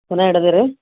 ಪುನಃ ಹಿಡಿದೆ ರಿ